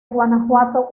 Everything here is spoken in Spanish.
guanajuato